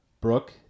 Brooke